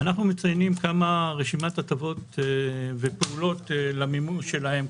מציינים כמה רשימת הטבות ופעולות למימוש שלהם,